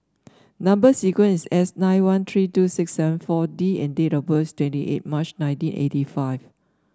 number sequence is S nine one three two six seven four D and date of birth twenty eight March nineteen eighty five